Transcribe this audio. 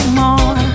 more